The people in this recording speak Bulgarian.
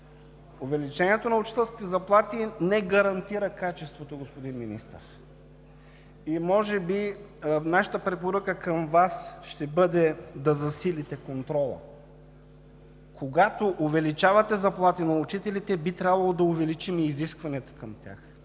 Увеличението на учителските заплати не гарантира качеството, господин Министър. Нашата препоръка към Вас ще бъде да засилите контрола. Когато увеличавате заплатите на учителите, би трябвало да увеличим и изискването към тях.